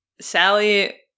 Sally